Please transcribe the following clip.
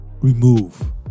remove